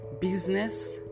business